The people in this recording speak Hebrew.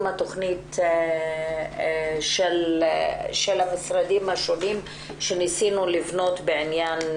התוכנית של המשרדים השונים שניסינו לבנות בעניין